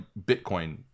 bitcoin